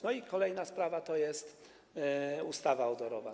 No i kolejna sprawa to ustawa odorowa.